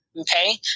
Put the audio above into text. Okay